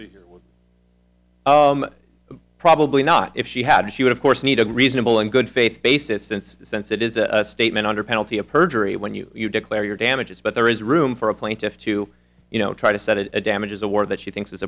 would probably not if she had she would of course need a reasonable and good faith basis since since it is a statement under penalty of perjury when you declare your damages but there is room for a plaintiff to you know try to set it damages award that she thinks i